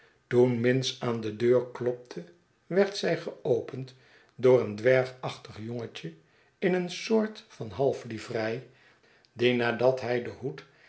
toen minns aan de deur klopte werd zij geopend door een dwergachtig jongetje in een soort van half livrei die nadat hij zijn hoed